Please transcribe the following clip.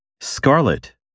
Scarlet